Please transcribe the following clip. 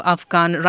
Afghan